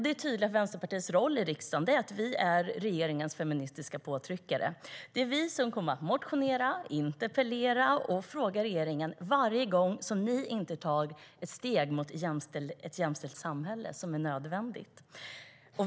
Det är tydligt att Vänsterpartiets roll i riksdagen är att vara regeringens feministiska påtryckare. Det är vi som kommer att motionera, interpellera och fråga regeringen varje gång ni inte tar de steg mot ett jämställt samhälle som är nödvändiga.